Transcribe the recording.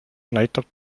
näitab